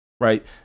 right